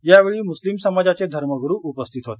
यावेळी मुस्लिम समाजाचे धर्मगुरू उपस्थित होते